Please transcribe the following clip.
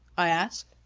i asked.